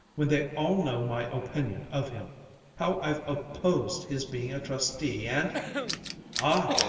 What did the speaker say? when they all know my opinion of him how i've opposed his being a trustee and ah!